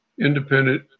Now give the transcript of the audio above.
independent